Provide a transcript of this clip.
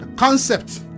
Concept